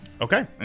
Okay